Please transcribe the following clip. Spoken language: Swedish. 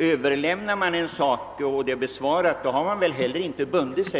Överlämnar man en fråga och därmed besvarar en motion, så har man väl heller inte bundit sig.